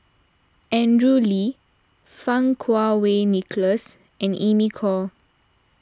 Andrew Lee Fang Kuo Wei Nicholas and Amy Khor